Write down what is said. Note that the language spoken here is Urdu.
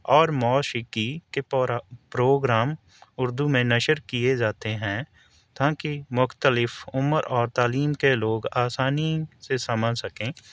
اور مویقی کے پروگرام اردو میں نشر کیے جاتے ہیں تاکہ مختلف عمر اور تعلیم کے لوگ آسانی سے سمجھ سکیں